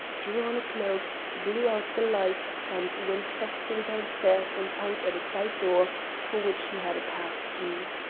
drew on a cloak, blew out the light, and went softly downstairs and out at a side door for which he had a pass-key.